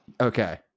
Okay